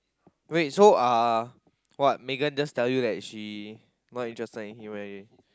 wait so uh what Megan just tell you that she not interested in him already